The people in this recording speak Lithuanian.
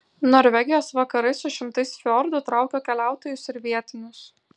norvegijos vakarai su šimtais fjordų traukia keliautojus ir vietinius